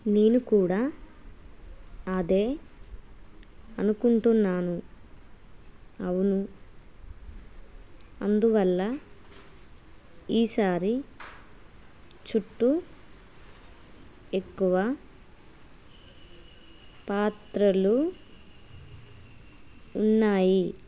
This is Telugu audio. నేను కూడా అదే అనుకుంటున్నాను అవును అందువల్ల ఈసారి చుట్టూ ఎక్కువ పాత్రలు ఉన్నాయి